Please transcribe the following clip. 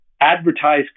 advertise